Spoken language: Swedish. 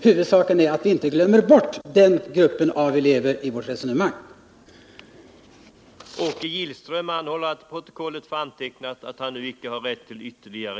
Huvudsaken är att vi i vårt resonemang inte glömmer bort den gruppen elever.